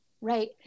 right